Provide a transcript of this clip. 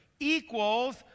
equals